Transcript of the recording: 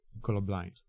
colorblind